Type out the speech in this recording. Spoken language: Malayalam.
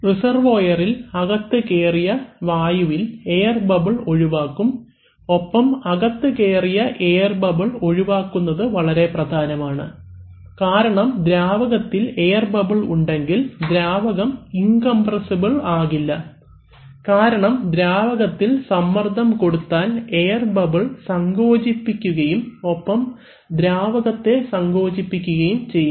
റിസർവോയറിൽ അകത്ത് കേറിയ വായുവിൽ എയർ ബബിൾ ഒഴിവാക്കും ഒപ്പം അകത്തു കയറിയ എയർ ബബിൾ ഒഴിവാക്കുന്നത് വളരെ പ്രധാനമാണ് കാരണം ദ്രാവകത്തിൽ എയർ ബബിൾ ഉണ്ടെങ്കിൽ ദ്രാവകം ഇൻകംപ്രെസ്സിബിൽ ആകില്ല കാരണം ദ്രാവകത്തിൽ സമ്മർദ്ദം കൊടുത്താൽ എയർ ബബിൾ സങ്കോചിപ്പിക്കുകയും ഒപ്പം ദ്രാവകം സങ്കോചിപ്പിക്കുകയും ചെയ്യും